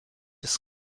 des